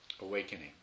awakening